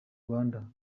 rwanda